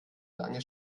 lange